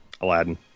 Aladdin